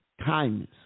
kindness